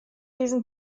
diesen